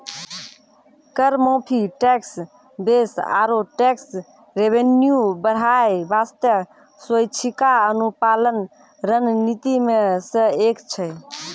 कर माफी, tax base आरो टैक्स रेवेन्यू बढ़ाय बासतें स्वैछिका अनुपालन रणनीति मे सं एक छै